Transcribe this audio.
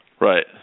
Right